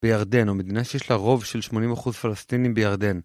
בירדן, המדינה שיש לה רוב של 80% פלסטינים בירדן.